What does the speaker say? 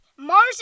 Mars